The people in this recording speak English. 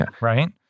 right